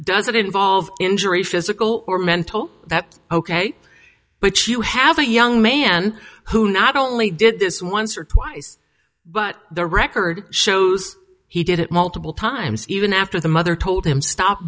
doesn't involve injury physical or mental that's ok but you have a young man who not only did this once or twice but the record shows he did it multiple times even after the mother told him stop